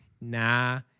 nah